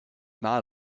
not